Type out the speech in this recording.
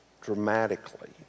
dramatically